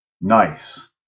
Nice